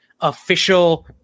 official